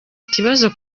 ikibazo